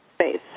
space